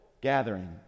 gathering